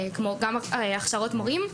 כמו גם הכשרות מורים.